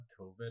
COVID